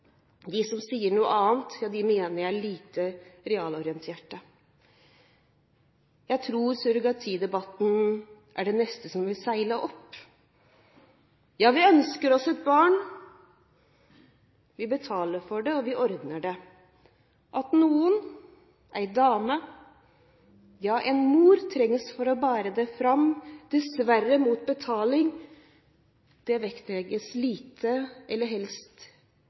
De som sier noe annet, mener jeg er lite realitetsorienterte. Jeg tror surrogatidebatten er det neste som vil seile opp: Vi ønsker oss et barn, vi betaler for det, og vi ordner det. At noen – en dame, ja, en mor – trengs for å bære det fram, dessverre mot betaling, vektlegges lite eller helst